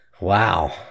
wow